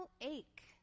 ache